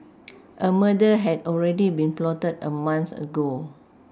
a murder had already been plotted a month ago